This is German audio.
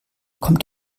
kommt